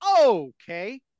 Okay